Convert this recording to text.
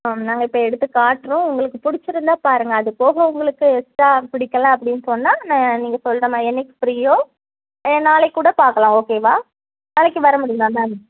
ma'am நாங்கள் இப்போ எடுத்து காட்டுறோம் உங்களுக்கு பிடிச்சிருந்தா பாருங்கள் அது போக உங்களுக்கு எக்ஸ்ட்டா அது பிடிக்கல அப்படின்னு சொன்னால் நான் நீங்கள் சொல்றமாதிரி என்னைக்கு ஃப்ரீயோ ஏன் நாளைக்கு கூட பார்க்கலாம் ஓகேவா நாளைக்கு வர முடியுமா மேம்